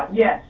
yes.